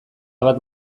bat